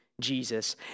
Jesus